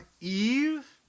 Eve